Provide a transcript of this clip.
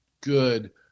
good